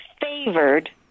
favored